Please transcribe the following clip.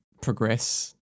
progress